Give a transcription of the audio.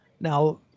Now